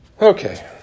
Okay